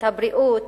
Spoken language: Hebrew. את הבריאות,